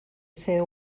ser